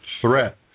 threat